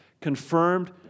confirmed